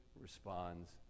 responds